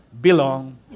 belong